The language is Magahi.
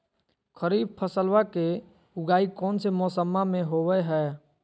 खरीफ फसलवा के उगाई कौन से मौसमा मे होवय है?